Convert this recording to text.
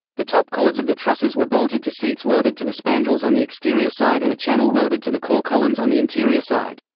the top chords of the trusses were bolted to seats welded to the spandrels on the exterior side and a channel welded to the core columns on the interior side.